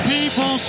People